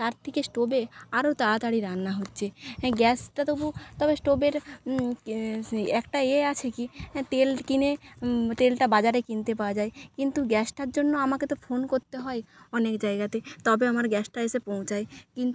তার থেকে স্টোভে আরো তাড়াতাড়ি রান্না হচ্ছে গ্যাসটা তবু তবে স্টোভের একটা এ আছে কী তেল কিনে তেলটা বাজারে কিনতে পাওয়া যায় কিন্তু গ্যাসটার জন্য আমাকে তো ফোন করতে হয় অনেক জায়গাতে তবে আমার গ্যাসটা এসে পৌঁছায় কিন্তু